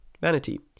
Vanity